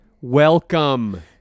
welcome